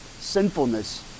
sinfulness